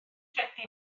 credu